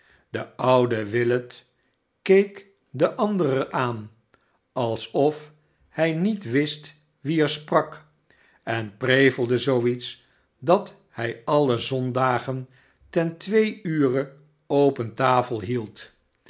de oude willet keek den ander aan alsof hij met wist wie er sprak en prevelde zoo iets dat hij alle zondagen ten twee ure open tafel held